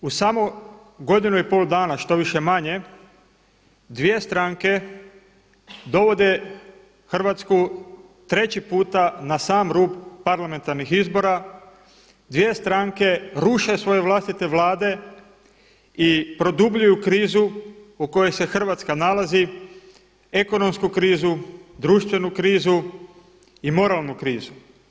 Naime, u samo godinu i pol danas, štoviše manje, dvije stranke dovode Hrvatsku treći puta na sam rub parlamentarnih izbora, dvije stranke ruše svoje vlastite vlade i produbljuju krizu u kojoj se Hrvatska nalazi, ekonomsku krizu, društvenu krizu i moralnu krizu.